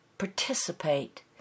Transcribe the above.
Participate